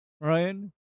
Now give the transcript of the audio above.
ryan